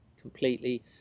completely